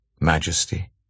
majesty